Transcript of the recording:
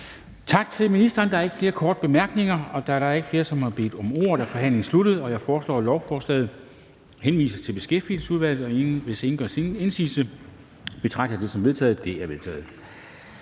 Tak til ministeren. Der er ikke flere korte bemærkninger. Da der ikke er flere, der har bedt om ordet, er forhandlingen afsluttet. Jeg foreslår, at lovforslaget henvises til Beskæftigelsesudvalget. Hvis ingen gør indsigelse, betragter jeg det som vedtaget. Det er vedtaget.